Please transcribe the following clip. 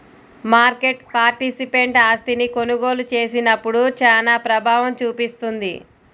market participant ఆస్తిని కొనుగోలు చేసినప్పుడు చానా ప్రభావం చూపిస్తుంది